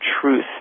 truth